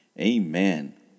Amen